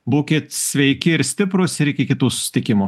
būkit sveiki ir stiprūs ir iki kitų susitikimų